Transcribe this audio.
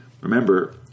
Remember